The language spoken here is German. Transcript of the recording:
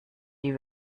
die